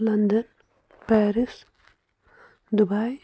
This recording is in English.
London Paris Dubai